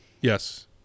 Yes